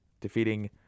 defeating